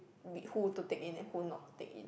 we who to take in and who not to take in